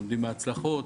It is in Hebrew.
לומדים מהצלחות.